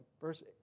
verse